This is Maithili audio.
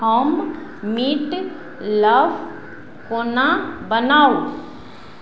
हम मीट लॉफ कोना बनाउ